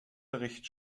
bericht